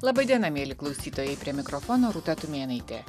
laba diena mieli klausytojai prie mikrofono rūta tumėnaitė